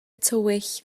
tywyll